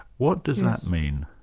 what does that mean?